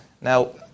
Now